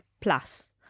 plus